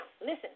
listen